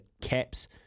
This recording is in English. Caps